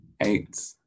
eight